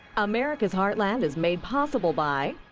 america's heartland is made possible by.